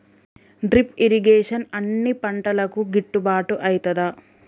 Drip irrigation అన్ని పంటలకు గిట్టుబాటు ఐతదా?